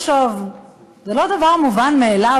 רק עכשיו התבשרנו שהתחבורה הציבורית עלתה ב-5%.